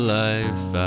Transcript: life